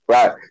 Right